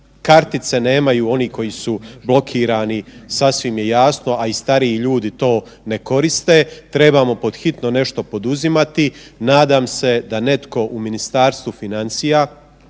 kartice nemaju oni koji su blokirani sasvim je jasno, a i stariji ljudi to ne koriste. Trebamo pod hitno nešto poduzimati, nadam se da netko u Ministarstvu financija,